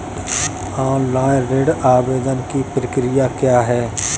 Online ऋण आवेदन की प्रक्रिया क्या है?